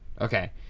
Okay